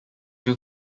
two